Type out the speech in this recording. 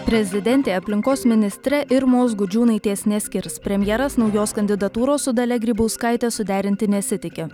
prezidentė aplinkos ministre irmos gudžiūnaitės neskirs premjeras naujos kandidatūros su dalia grybauskaite suderinti nesitiki